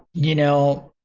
you know,